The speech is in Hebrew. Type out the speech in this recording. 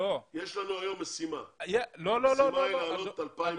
יש לנו היום משימה והמשימה היא להעלות 2,000